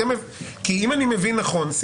כי אם אני מבין נכון,